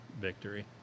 victory